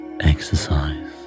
exercise